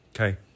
Okay